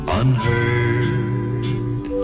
unheard